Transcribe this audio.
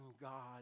God